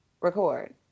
Record